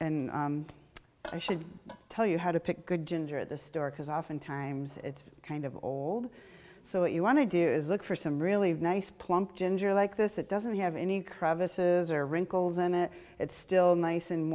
and i should tell you how to pick a good ginger at this store because oftentimes it's kind of old so what you want to do is look for some really nice plump ginger like this it doesn't have any crevices or wrinkles in it it's still nice